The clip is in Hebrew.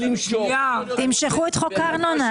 תמשכו את חוק הארנונה.